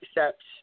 accept